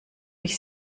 mich